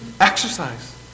exercise